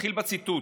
אתחיל בציטוט: